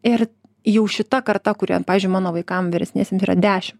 ir jau šita karta kurie pavyzdžiui mano vaikam vyresniesiem yra dešimt